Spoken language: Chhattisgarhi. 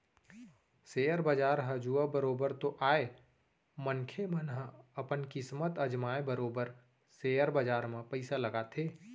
सेयर बजार ह जुआ बरोबर तो आय मनखे मन ह अपन किस्मत अजमाय बरोबर सेयर बजार म पइसा लगाथे